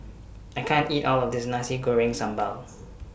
I can't eat All of This Nasi Goreng Sambal